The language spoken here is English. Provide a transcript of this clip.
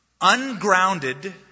ungrounded